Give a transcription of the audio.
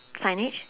signage